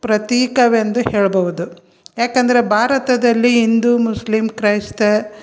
ಪ್ರತೀಕವೆಂದು ಹೇಳ್ಬಹುದು ಯಾಕೆಂದರೆ ಭಾರತದಲ್ಲಿ ಹಿಂದೂ ಮುಸ್ಲಿಂ ಕ್ರೈಸ್ತ